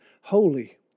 holy